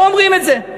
לא אומרים את זה.